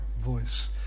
voice